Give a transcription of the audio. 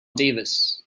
davis